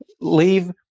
leave